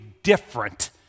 different